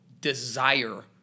desire